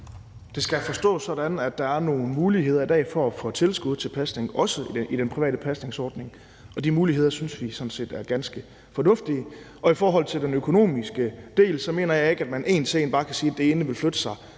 Det skal forstås sådan, at der i dag er nogle muligheder for at få tilskud til pasning, også i den private pasningsordning, og de muligheder synes vi sådan set er ganske fornuftige. I forhold til den økonomiske del mener jeg ikke, at man en til en bare kan sige, at det ene vil flytte sig